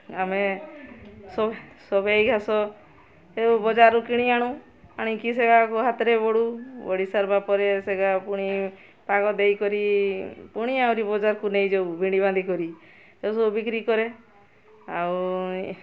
ଆମେ ସବେଇ ଘାସ ବଜାରରୁ କିଣି ଆଣୁ ଆଣିକି ସେୟାକୁ ହାତରେ ବୋଳୁ ବୋଳି ସାରିବା ପରେ ସେଇଟା ପୁଣି ପାଗ ଦେଇକରି ପୁଣି ଆହୁରି ବଜାରକୁ ନେଇଯାଉ ବିଣି ବାନ୍ଧିକରି ସେ ସବୁ ବିକ୍ରି କରେ ଆଉ